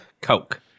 coke